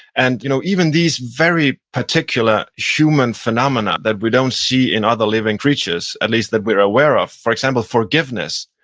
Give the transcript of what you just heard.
and you know even these very particular human phenomena that we don't see in other living creates, at least that we're aware of for example, forgiveness.